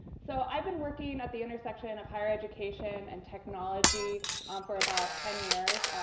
so i've been working at the intersection of higher education and technology um for about ten years.